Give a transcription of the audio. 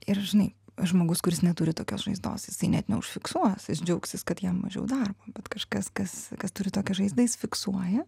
ir žinai žmogus kuris neturi tokios žaizdos jisai net neužfiksuos jis džiaugsis kad jam mažiau darbo bet kažkas kas kas turi tokias žaizdą jis fiksuoja